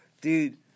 Dude